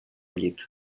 llit